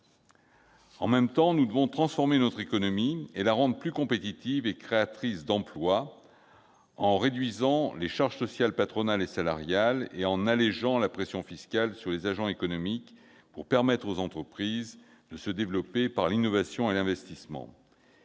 le même temps, nous devons transformer notre économie et la rendre plus compétitive et créatrice d'emplois. En réduisant les charges sociales patronales et salariales et en allégeant la pression fiscale sur les agents économiques, nous permettrons aux entreprises de se développer par l'innovation et l'investissement.